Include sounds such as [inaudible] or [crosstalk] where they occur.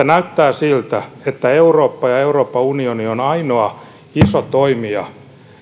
[unintelligible] näyttää siltä että eurooppa ja euroopan unioni on ainoa iso toimija